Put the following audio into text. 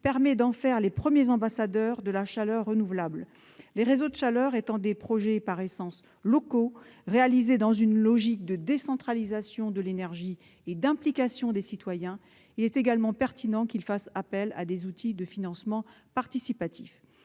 permet d'en faire les premiers ambassadeurs de la chaleur renouvelable. Les réseaux de chaleur étant des projets par essence locaux, réalisés dans une logique de décentralisation de l'énergie et d'implication des citoyens, il est également pertinent qu'ils fassent appel à des outils de financement participatif.